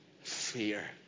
Fear